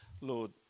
Lord